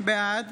בעד